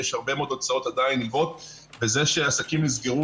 יש הרבה מאוד הוצאות נילוות וזה שהעסקים נסגרו